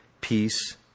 peace